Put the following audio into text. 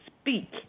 speak